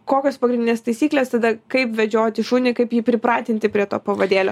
kokios pagrindinės taisyklės tada kaip vedžioti šunį kaip jį pripratinti prie to pavadėlio